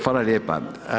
Hvala lijepa.